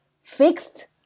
fixed